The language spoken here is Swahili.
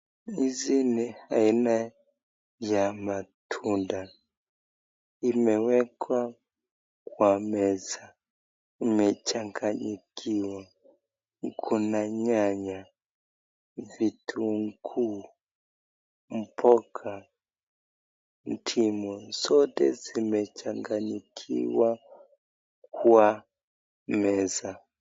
Hizi ni aina ya matunda imewekwa kwa meza, imechanganikiwa kuna nyanya, vitunguu, mboga ,ndimu zote zimechanganikiwa kwa meza.